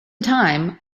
time